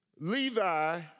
Levi